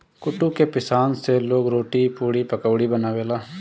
कुटू के पिसान से लोग रोटी, पुड़ी, पकउड़ी बनावेला